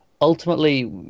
ultimately